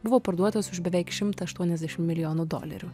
buvo parduotas už beveik šimtą aštuoniasdešim milijonų dolerių